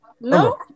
no